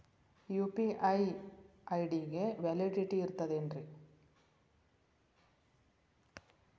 UPI ID ಗೆ validity ಇರತದ ಏನ್ರಿ?